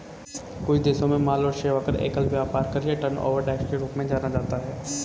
कुछ देशों में माल और सेवा कर, एकल व्यापार कर या टर्नओवर टैक्स के रूप में भी जाना जाता है